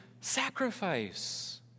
sacrifice